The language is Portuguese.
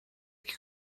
que